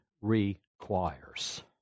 requires